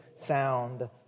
sound